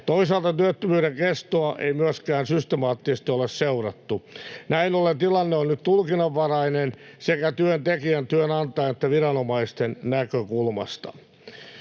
Toisaalta työttömyyden kestoa ei myöskään systemaattisesti ole seurattu. Näin ollen tilanne on nyt tulkinnanvarainen sekä työntekijän, työnantajan että viranomaisten näkökulmasta.